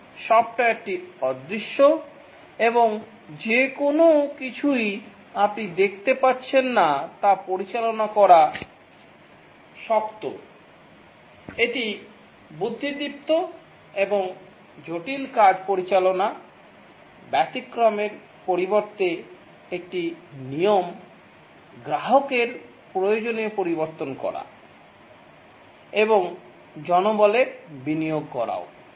সফটওয়্যারটি অদৃশ্য এবং যে কোনও কিছুই আপনি দেখতে পাচ্ছেন না তা পরিচালনা করা শক্ত এটি বুদ্ধিদীপ্ত এবং জটিল কাজ পরিচালনা ব্যতিক্রমের পরিবর্তে একটি নিয়ম গ্রাহকের প্রয়োজনীয় পরিবর্তন করা এবং জনবলের বিনিয়োগ করাও